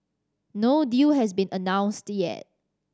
no deal has been announced yet